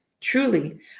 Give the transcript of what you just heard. truly